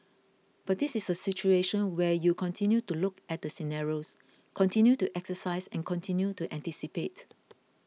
but this is a situation where you continue to look at the scenarios continue to exercise and continue to anticipate